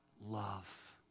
love